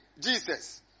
Jesus